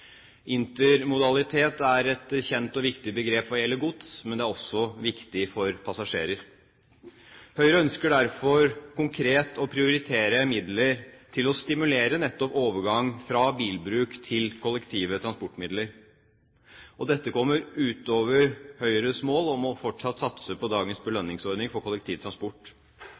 Intermodalitet er et kjent og viktig begrep hva gjelder gods, men det er også viktig for passasjerer. Høyre ønsker derfor konkret å prioritere midler til å stimulere nettopp overgang fra bilbruk til kollektive transportmidler. Dette kommer utover Høyres mål om fortsatt å satse på dagens belønningsordning for kollektivtransport.